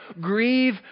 grieve